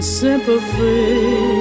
sympathy